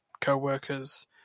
co-workers